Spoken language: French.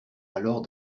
alors